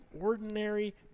ordinary